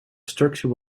structure